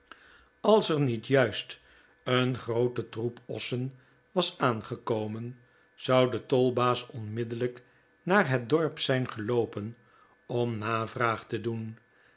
als er niet juist een groote troep ossen was aangekomen zou de tolbaas onmiddellijk naar het dorp zijn geloopen om navraag te doen